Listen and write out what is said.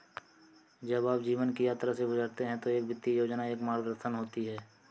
जब आप जीवन की यात्रा से गुजरते हैं तो एक वित्तीय योजना एक मार्गदर्शन होती है